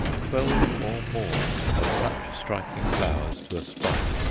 twelve or more of such striking flowers to a spike,